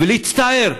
ולהצטער,